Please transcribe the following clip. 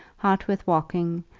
hot with walking,